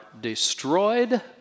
destroyed